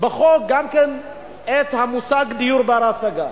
בחוק גם כן את המושג "דיור בר-השגה".